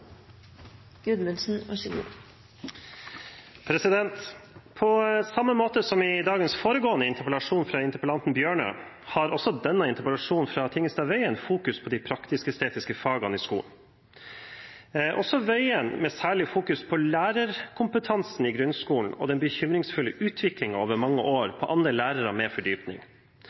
Bjørnø har denne interpellasjonen fra representanten Tingelstad Wøien fokus på de praktisk-estetiske fagene i skolen. Også Wøien fokuserer særlig på lærerkompetansen i grunnskolen og den bekymringsfulle utviklingen over mange år